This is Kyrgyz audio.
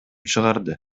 чыгарды